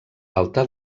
alta